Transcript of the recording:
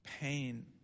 pain